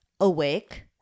awake